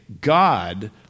God